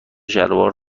شلوار